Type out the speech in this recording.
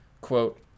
Quote